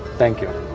thank you.